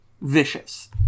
Vicious